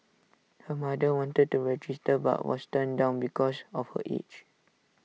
her mother wanted to register but was turned down because of her age